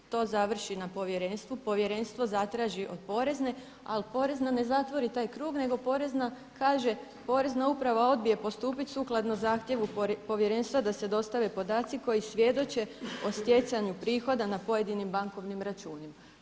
To završi na povjerenstvu, povjerenstvo zatraži od porezne ali poreza ne zatvori taj krug nego porezna kaže porezna uprava odbije postupit sukladno zahtjevnu povjerenstva da se dostave podaci koji svjedoče o stjecanju prihoda na pojedinim bankovnim računima.